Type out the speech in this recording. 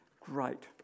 Great